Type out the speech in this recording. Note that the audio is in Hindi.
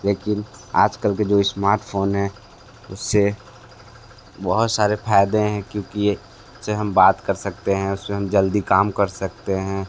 लेकिन आज कल के जो इसमार्टफ़ोन हैं उस से बहुत सारे फ़ायदे हैं क्योंकि ये इस से हम बात कर सकते हैं उस में हम जल्दी काम कर सकते हैं